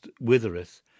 withereth